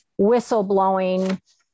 whistleblowing